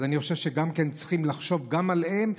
אז אני חושב שצריכים לחשוב גם עליהם.